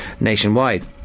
nationwide